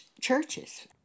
churches